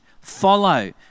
follow